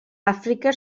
àfrica